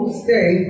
stay